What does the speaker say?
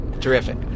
Terrific